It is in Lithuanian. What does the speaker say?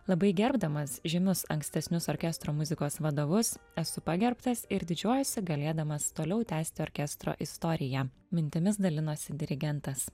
labai gerbdamas žymius ankstesnius orkestro muzikos vadovus esu pagerbtas ir didžiuojuosi galėdamas toliau tęsti orkestro istoriją mintimis dalinosi dirigentas